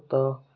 ਕੁੱਤਾ